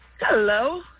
Hello